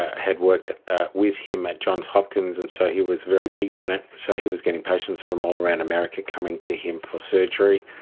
had worked with him at johns hopkins, and so he was very big on it. so he was getting patients from all around america coming to him for surgery,